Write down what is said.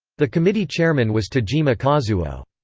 the committee chairman was tajima kazuo.